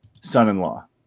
son-in-law